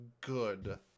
good